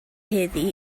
heddiw